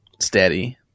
steady